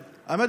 האמת,